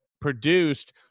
produced